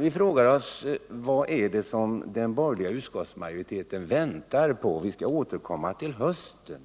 Vi frågar oss: Vad är det som den borgerliga utskottsmajoriteten väntar på. när man säger att man skall återkomma till hösten?